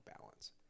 balance